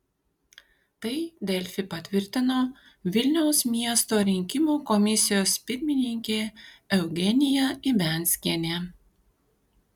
tai delfi patvirtino vilniaus miesto rinkimų komisijos pirmininkė eugenija ibianskienė